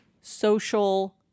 social